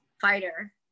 fighter